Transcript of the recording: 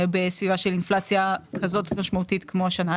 בסביבה של אינפלציה כזאת משמעותית כמו השנה.